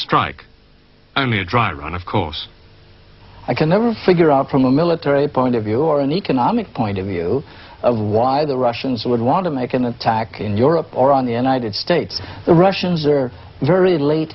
strike only a dry run of course i can never figure out from a military point of view or an economic point of view of why the russians would want to make an attack in europe or on the united states the russians are very late